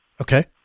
okay